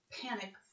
panic